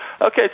okay